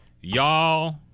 y'all